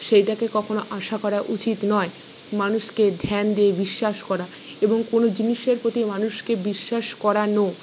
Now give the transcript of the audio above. সেইটাকে কখনও আশা করা উচিত নয় মানুষকে ধ্যান দিয়ে বিশ্বাস করা এবং কোনো জিনিসের প্রতি মানুষকে বিশ্বাস করানো